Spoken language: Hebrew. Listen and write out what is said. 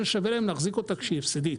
שווה להם להחזיק אותה כשהיא הפסדית.